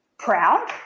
proud